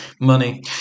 Money